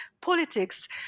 politics